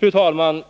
Fru talman!